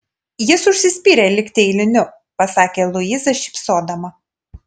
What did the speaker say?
jis užsispyrė likti eiliniu pasakė luiza šypsodama